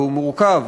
והוא מורכב,